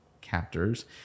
captors